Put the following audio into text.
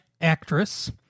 Actress